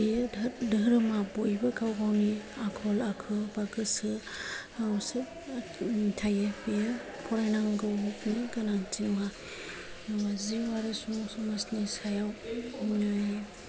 बे धोरोमआ बयबो गावगावनि आखल आखु बा गोसोआवसो थायो बियो फरायनांगौनि गोनांथि नङा जिउ आरो सल' समाजनि सायाव